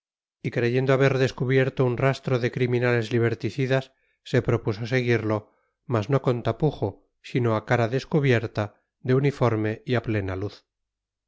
y creyendo haber descubierto un rastro de criminales liberticidas se propuso seguirlo mas no con tapujo sino a cara descubierta de uniforme y a plena luz